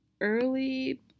early